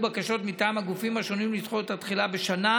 בקשות מטעם הגופים השונים לדחות את התחילה בשנה,